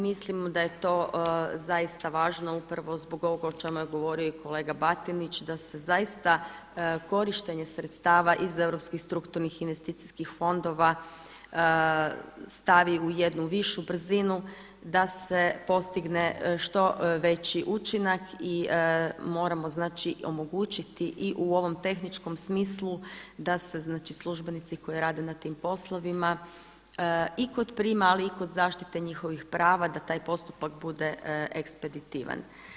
Mislimo da je to zaista važno upravo zbog ovog o čemu je govorio i kolega Batinić da se zaista korištenje sredstava iz europskih strukturnih investicijskih fondova stavi u jednu višu brzinu, da se postigne što veći učinak i moramo znači omogućiti i u ovom tehničkom smislu, da se znači službenici koji rade na tim poslovima i kod prijema, ali i kod zaštite njihovih prava, da taj postupak bude ekspeditivan.